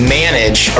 manage